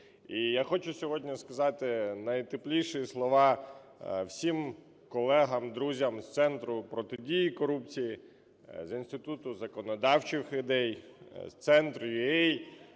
І я хочу сьогодні сказати найтепліші слова всім колегам, друзям з Центру протидії корупції, з Інституту законодавчих ідей, з Центру UA,